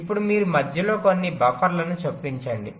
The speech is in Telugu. ఇప్పుడు మీరు మధ్యలో కొన్ని బఫర్లను చొప్పించండి